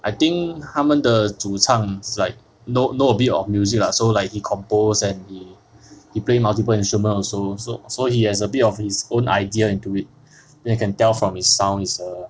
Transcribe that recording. I think 他们的主唱 is like know a bit of music lah so like he composed and he he play multiple instrument also so so he has a bit of his own idea into it then can tell from its sounds it's a